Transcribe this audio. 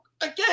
again